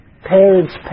parents